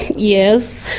yes,